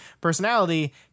personality